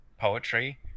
poetry